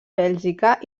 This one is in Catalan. bèlgica